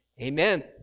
amen